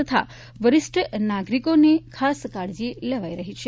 તથા વરિષ્ઠ નાગરિકોની ખાસ કાળજી લેવાઇ રહી છે